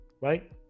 Right